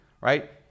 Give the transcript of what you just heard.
right